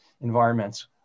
environments